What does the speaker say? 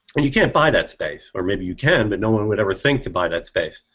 and you can't buy that space or maybe you can but no one would ever think to buy that space,